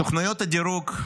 סוכנויות הדירוג,